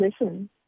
listen